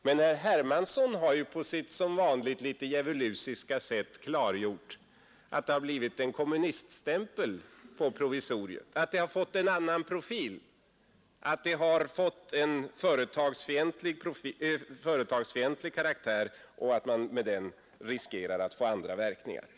Men herr Hermansson har ju som vanligt på sitt litet djävulusiska sätt klargjort att det blivit en kommuniststämpel på provisoriet, att det har fått en annan profil, att det fått en företagsfientlig karaktär och att man därmed riskerar att få andra verkningar.